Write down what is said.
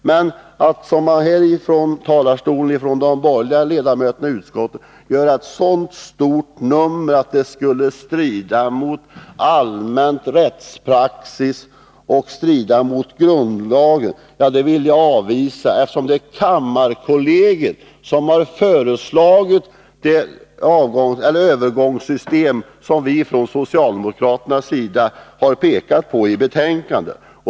Men när de borgerliga ledamöterna i utskottet här från talarstolen gör ett så stort nummer av att det skulle strida mot allmän rättspraxis och mot grundlagen, vill jag avvisa detta tal. Det är kammarkollegiet som har föreslagit det övergångssystem som vi från socialdemokraternas sida har förordat i betänkandet.